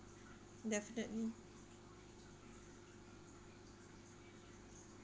definitely